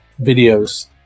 videos